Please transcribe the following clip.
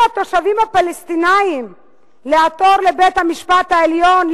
התושבים הפלסטינים לעתור לבית-המשפט העליון,